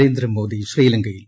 നരേന്ദ്രമോദി ശ്രീലങ്കയിൽ